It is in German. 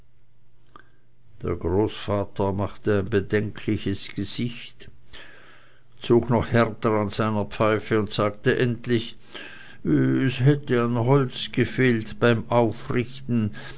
der großvater machte ein bedenkliches gesicht zog noch härter an seiner pfeife und sagte endlich es hätte an holz gefehlt beim aufrichten